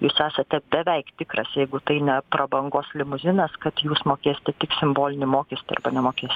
jūs esate beveik tikras jeigu tai ne prabangos limuzinas kad jūs mokėsite tik simbolinį mokestį arba nemokės